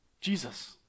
Jesus